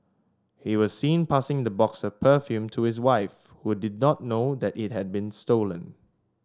he was seen passing the box of perfume to his wife who did not know that it had been stolen